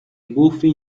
buffy